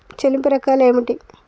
చెల్లింపు రకాలు ఏమిటి?